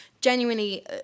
genuinely